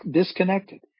disconnected